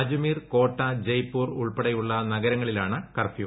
അജ്മീർ കോട്ട ജയ്പൂർ ഉൾപ്പെടെയുള്ള നഗരങ്ങളിലാണ് കർഫ്യൂ